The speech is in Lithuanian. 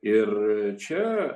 ir čia